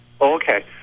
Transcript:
Okay